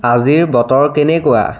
আজিৰ বতৰ কেনেকুৱা